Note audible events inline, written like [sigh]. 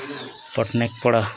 [unintelligible] ପଡ଼ା